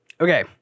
Okay